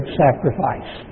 sacrifice